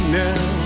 now